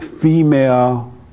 female